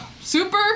super